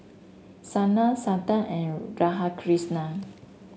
Sanal Santha and Radhakrishnan